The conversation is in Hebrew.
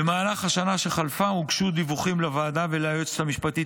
במהלך השנה שחלפה הוגשו דיווחים לוועדה וליועצת המשפטית